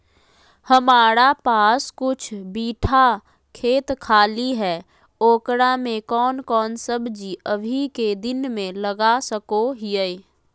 हमारा पास कुछ बिठा खेत खाली है ओकरा में कौन कौन सब्जी अभी के दिन में लगा सको हियय?